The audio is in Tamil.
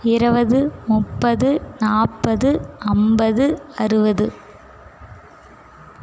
இருபது முப்பது நாற்பது ஐம்பது அறுபது